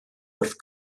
wrth